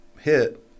hit